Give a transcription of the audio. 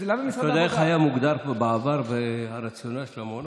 אתה יודע איך היה מוגדר פה בעבר הרציונל של המעונות,